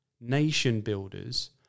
nation-builders